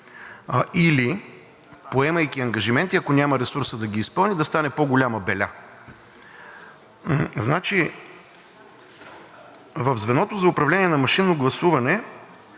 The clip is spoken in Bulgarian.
Или поемайки ангажименти, ако няма ресурса да ги изпълни, да стане по-голяма беля. В звеното за управление на машинно гласуване